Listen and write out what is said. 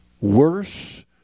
worse